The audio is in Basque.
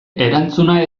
erantzuna